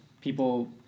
people